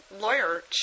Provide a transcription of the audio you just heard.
lawyer